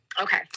Okay